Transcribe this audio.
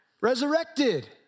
Resurrected